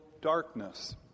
darkness